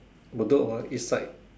Bedok ah east side